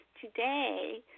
today